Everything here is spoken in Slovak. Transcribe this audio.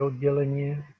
oddelenie